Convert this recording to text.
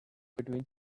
between